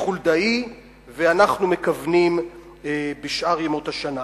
חולדאי ואנחנו מכוונים בשאר ימות השנה.